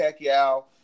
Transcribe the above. Pacquiao